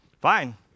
Fine